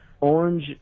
orange